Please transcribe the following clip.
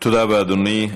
תודה רבה, אדוני.